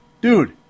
dude